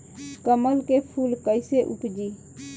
कमल के फूल कईसे उपजी?